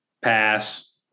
Pass